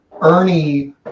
Ernie